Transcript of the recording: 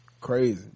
crazy